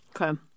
Okay